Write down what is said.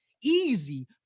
easy